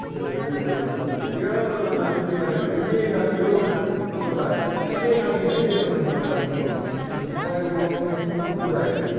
यो त यस्तो त्यो दोकानमा चाहिँ तिमीहरूले कहिले न त्यो सोफाहरू चाहिँ ट्याक्कै नकिन्नु है त्यो दोकानमा गएर म आमामा त्यो मलाई डुबाउनुसम्म डुबायो